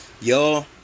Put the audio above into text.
Y'all